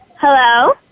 Hello